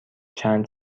چند